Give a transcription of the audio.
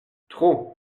trop